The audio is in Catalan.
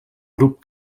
grup